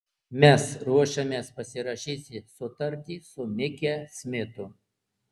mes ruošiamės pasirašyti sutartį su mike smitu